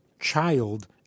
child